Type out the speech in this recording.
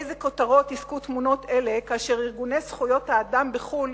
לאיזה כותרות יזכו תמונות אלה כאשר ארגוני זכויות האדם בחו"ל